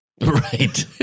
Right